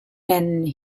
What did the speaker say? and